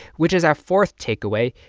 which is our fourth takeaway.